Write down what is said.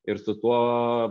ir su tuo